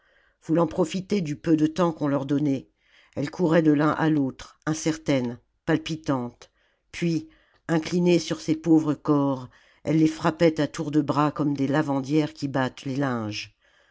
voulant profiter du peu de temps qu'on leur donnait elles couraient de l'un à l'autre incertaines palpitantes puis inclinées sur ces pauvres corps elles les frappaient à tour de bras comme des lavandières qui battent les linges